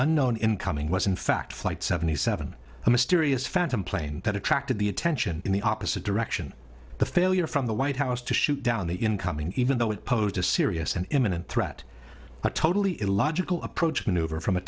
unknown incoming was in fact flight seventy seven a mysterious phantom plane that attracted the attention in the opposite direction the failure from the white house to shoot down the incoming even though it posed a serious and imminent threat a totally illogical approach maneuver from